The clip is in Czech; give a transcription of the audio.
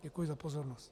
Děkuji za pozornost.